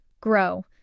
Grow